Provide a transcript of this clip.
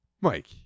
Mike